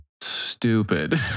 stupid